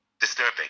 disturbing